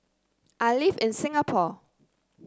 I live in Singapore